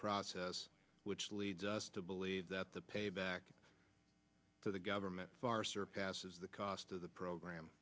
process which leads us to believe that the payback to the government far surpasses the cost of the program